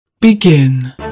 Begin